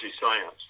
science